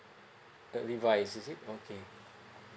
uh revise is it okay